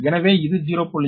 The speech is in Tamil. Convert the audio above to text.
எனவே இது 0